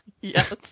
Yes